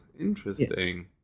Interesting